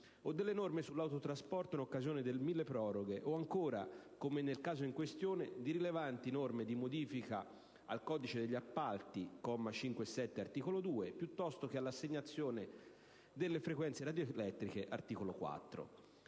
o per le norme sull'autotrasporto, in occasione dell'esame del milleproroghe, o ancora, come nel caso in questione, per le rilevanti norme di modifica al codice degli appalti (commi 5 e 7 dell'articolo 2), piuttosto che per l'assegnazione delle frequenze radioelettriche (articolo 4).